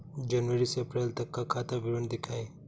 जनवरी से अप्रैल तक का खाता विवरण दिखाए?